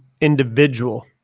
individual